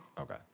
Okay